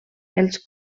els